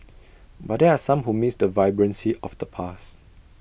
but there are some who miss the vibrancy of the past